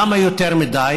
למה יותר מדי?